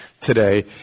today